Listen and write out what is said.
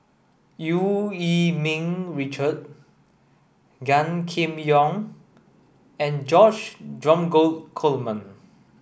Eu Yee Ming Richard Gan Kim Yong and George Dromgold Coleman